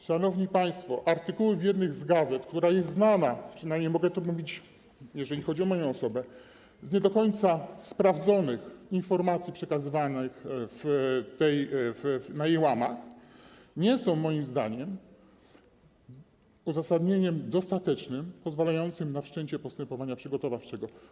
Szanowni państwo, artykuły w jednej z gazet, która jest znana - mogę to mówić, jeżeli chodzi przynajmniej o moją osobę - z nie do końca sprawdzonych informacji przekazywanych na jej łamach, nie są moim zdaniem uzasadnieniem dostatecznym pozwalającym na wszczęcie postępowania przygotowawczego.